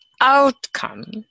outcome